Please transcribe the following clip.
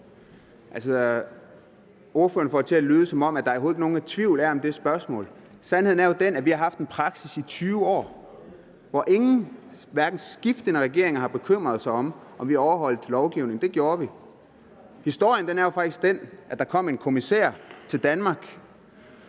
Hersom får det jo til at lyde, som om der overhovedet ikke er nogen tvivl om det spørgsmål. Sandheden er jo den, at vi har haft en praksis i 20 år, hvor ingen, heller ikke skiftende regeringer, har bekymret sig om, om vi overholdt lovgivningen. Men det gjorde vi. Historien er jo faktisk den, at der var en kommissær, der